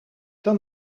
dan